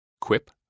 Quip